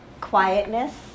quietness